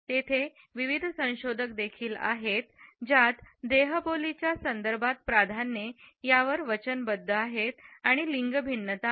तेथे विविध संशोधक देखील आहेत ज्यात देहबोलीच्या संदर्भात प्राधान्ये यावर वचनबद्ध आहेत आणि लिंग भिन्नता आहेत